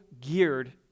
geared